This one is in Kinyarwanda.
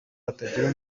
hatagira